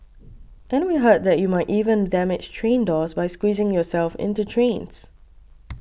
and we heard that you might even damage train doors by squeezing yourself into trains